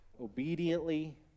obediently